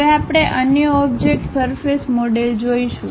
હવે આપણે અન્ય ઓબ્જેક્ટ સરફેસ મોડેલ જોઈશું